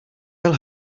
byl